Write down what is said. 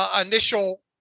initial